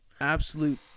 absolute